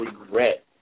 Regret